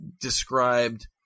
described